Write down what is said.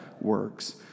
works